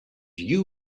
you